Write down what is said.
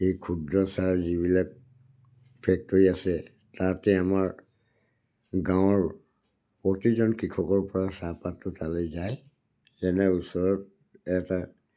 এই ক্ষুদ্ৰ চাহ যিবিলাক ফেক্টৰী আছে তাতে আমাৰ গাঁৱৰ প্ৰতিজন কৃষকৰপৰা চাহপাতটো তালে যায় যেনে ওচৰত এটা